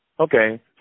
Okay